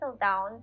down